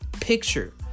picture